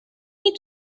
need